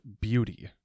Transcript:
beauty